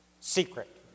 secret